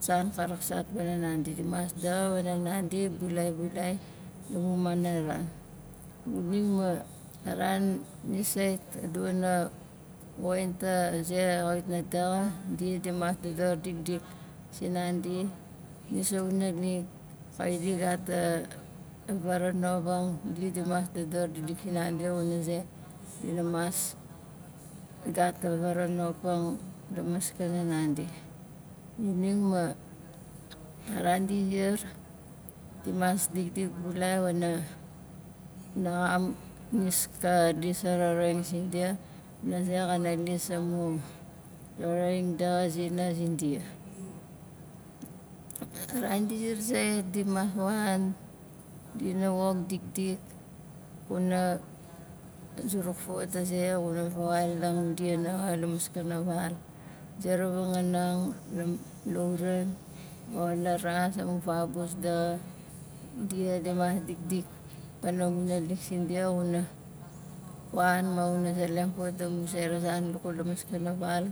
San ka raksaat pana nandi di mas daxa wana nandi bulai, bulai la mun mana ran xuning ma nis a ran nis sait gu xana woxin ta ze xa wit na daxa di dimas dodor dikdik sinandi nis a xunalik kait di gat a varanobang di dimas dodor dikdik sinandi wana ze dina mas gat a varanobang la maskana nandi xuning ma a ran di ziar di mas dikdik bulai wana naxam nis ka lis a roroing sin dia xuna ze xanai lis amu roroing daxa zina zindia a rain di ziar zait di mas fawan dina wok dikdik kuna zuruk fauwaat a ze xuna vawaulang dia nanga la maskana val a zera vangaanang lam- lauran o la ras amu fabus daxa dia dimas dikdik pana mu naalik zindia xxuna wan ma xuna zeleng fauwaat amu zera zan ka kula la maskana val